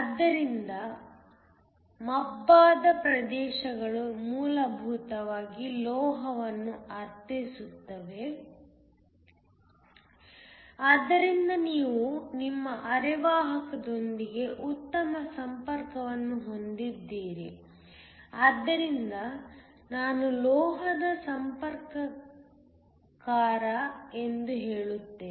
ಆದ್ದರಿಂದ ಮಬ್ಬಾದ ಪ್ರದೇಶಗಳು ಮೂಲಭೂತವಾಗಿ ಲೋಹವನ್ನು ಅರ್ಥೈಸುತ್ತವೆ ಆದ್ದರಿಂದ ನೀವು ನಿಮ್ಮ ಅರೆವಾಹಕದೊಂದಿಗೆ ಉತ್ತಮ ಸಂಪರ್ಕವನ್ನು ಹೊಂದಿದ್ದೀರಿ ಆದ್ದರಿಂದ ನಾನು ಲೋಹದ ಸಂಪರ್ಕಕಾರ ಎಂದು ಹೇಳುತ್ತೇನೆ